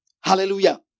Hallelujah